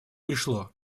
пришло